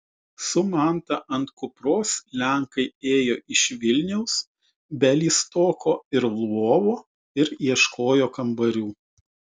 su manta ant kupros lenkai ėjo iš vilniaus bialystoko ir lvovo ir ieškojo kambarių